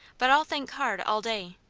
but i'll think hard all day.